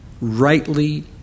rightly